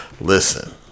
Listen